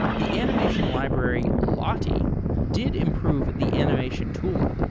the animation library lottie did improve the animation tooling,